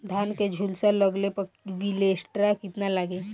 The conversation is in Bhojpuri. धान के झुलसा लगले पर विलेस्टरा कितना लागी?